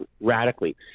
radically